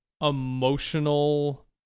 emotional